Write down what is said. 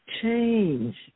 Change